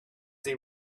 they